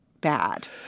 bad